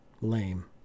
Lame